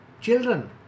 Children